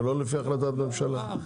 ולא לפי החלטת ממשלה?